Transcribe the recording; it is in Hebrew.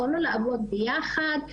יכולנו לעבוד ביחד,